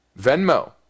Venmo